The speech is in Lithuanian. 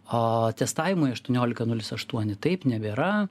o testavimui aštuoniolika nulis aštuoni taip nebėra